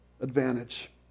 advantage